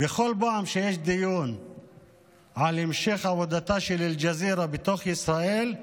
בכל פעם שיש דיון על המשך עבודתה של אל-ג'זירה בתוך ישראל,